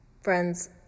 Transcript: Friends